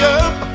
up